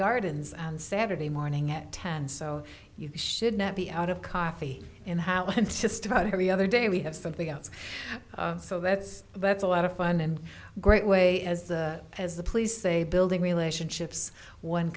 gardens and saturday morning at ten so you should not be out of coffee in the house and just about every other day we have something else so that's that's a lot of fun and great way as as the police say building relationships one